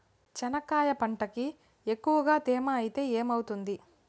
చెనక్కాయ పంటకి ఎక్కువగా తేమ ఐతే ఏమవుతుంది?